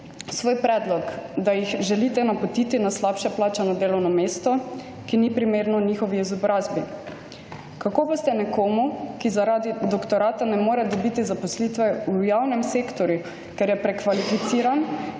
svoj predlog, da jih želite napotiti na slabše plačano delovno mesto, ki ni primerno njihovi izobrazbi? Kako boste nekomu, ki zaradi doktorata ne more dobiti zaposlitve v javnem sektorju, ker je prekvalificiran